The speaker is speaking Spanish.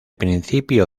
principio